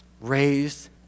Raised